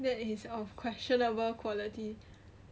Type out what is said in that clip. that is of questionable quality